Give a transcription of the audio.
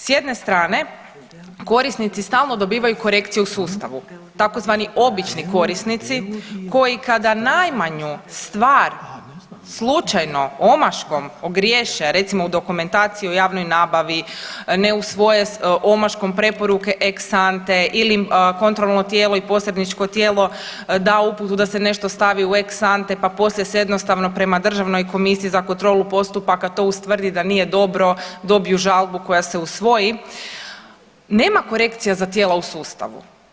S jedne strane korisnici stalno dobivaju korekcije u sustavu tzv. obični korisnici koji kada najmanju stvar slučajno, omaškom ogriješe, recimo u dokumentaciji o javnoj nabavi, ne usvoje omaškom preporuke Ex ante ili im kontrolno tijelo i posredničko tijelo da uputu da se nešto stavi u Ex ante pa poslije se jednostavno prema Državnoj komisiji za kontrolu postupaka to ustvrdi, da nije dobro, dobiju žalbu koja se usvoji nema korekcija za tijela u sustavu.